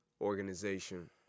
organization